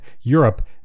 Europe